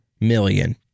million